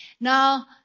Now